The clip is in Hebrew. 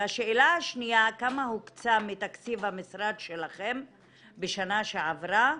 והשאלה השנייה כמה הוקצה מתקציב המשרד שלכם בשנה שעברה,